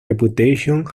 reputation